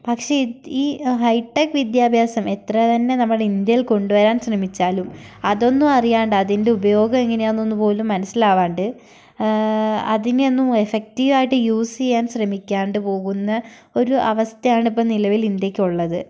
പക്ഷേ ഈ ഹൈടെക് വിദ്യാഭ്യാസം എത്ര തന്നെ നമ്മുടെ ഇന്ത്യയിൽ കൊണ്ടുവരാൻ ശ്രമിച്ചാലും അതൊന്നും അറിയാണ്ട് അതിൻ്റെ ഉപയോഗം എങ്ങനെയാണെന്ന് പോലും മനസ്സിലാവാണ്ട് അതിനെ ഒന്നും എഫക്റ്റീവായിട്ട് യൂസ് ചെയ്യാൻ ശ്രമിക്കാണ്ട് പോകുന്ന ഒരു അവസ്ഥയാണ് ഇപ്പോൾ നിലവിൽ ഇന്ത്യയ്ക്ക് ഉള്ളത്